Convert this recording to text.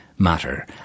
matter